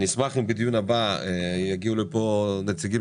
אני אשמח אם לדיון הבא יגיעו לפה נציגים